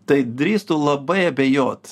tai drįstu labai abejot